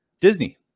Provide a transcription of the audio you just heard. Disney